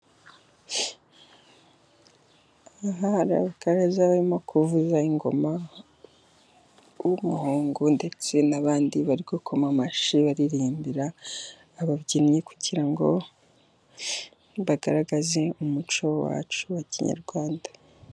Aha hari abakaraza barimo kuvuza ingoma, uw'umuhungu ndetse n'abandi bari gukoma amashyi baririmbira ababyinnyi, kugira ngo bagaragaze umuco wacu wa kinyarwanda.